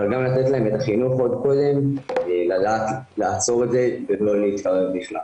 אבל גם לתת להם את החינוך עוד קודם לדעת לעצור את זה ולא להתקרב בכלל.